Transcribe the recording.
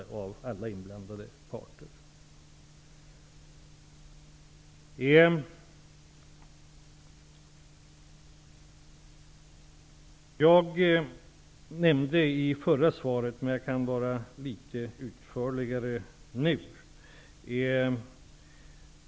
Jag talade om kommunikationer i svaret på den förra interpellationen, och jag kan vara litet utförligare nu.